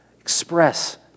express